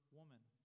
Woman